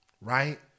right